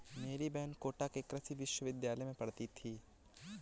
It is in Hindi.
मेरी बहन कोटा के कृषि विश्वविद्यालय में पढ़ती थी